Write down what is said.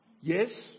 Yes